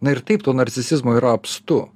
na ir taip to narcisizmo yra apstu